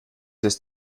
ist